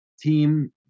team